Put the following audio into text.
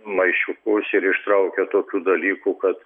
maišiukus ir ištraukė tokių dalykų kad